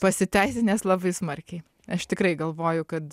pasiteisinęs labai smarkiai aš tikrai galvoju kad